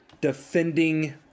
defending